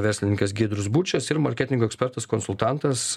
verslininkas giedrius bučas ir marketingo ekspertas konsultantas